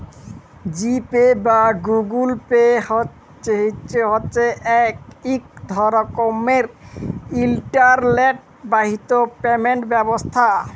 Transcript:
জি Pay বা Google Pay হছে ইক রকমের ইলটারলেট বাহিত পেমেল্ট ব্যবস্থা